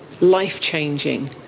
life-changing